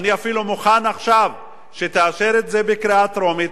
אני אפילו מוכן עכשיו שתאשר את זה בקריאה טרומית,